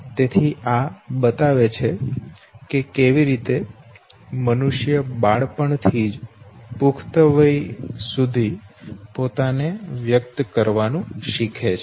તેથી આ બતાવે છે કે કેવી રીતે મનુષ્ય બાલ્યાવસ્થા થી પુખ્ત વય સુધી પોતાને વ્યકત કરવાનું શીખે છે